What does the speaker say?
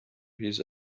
his